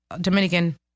dominican